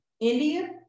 India